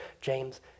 James